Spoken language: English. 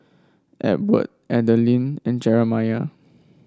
Edward Adalyn and Jeramiah